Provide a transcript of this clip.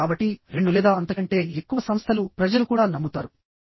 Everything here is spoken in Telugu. కాబట్టి రెండు లేదా అంతకంటే ఎక్కువ సంస్థలు ప్రజలు కూడా నమ్ముతారు